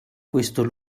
questo